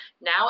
now